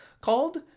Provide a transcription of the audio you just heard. called